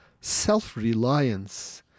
self-reliance